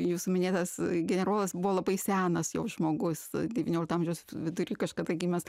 jūsų minėtas generolas buvo labai senas jau žmogus devyniolikto amžiaus vidury kažkada gimęs